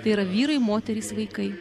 tai yra vyrai moterys vaikai